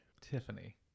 Tiffany